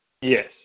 Yes